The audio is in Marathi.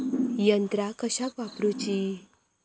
यंत्रा कशाक वापुरूची?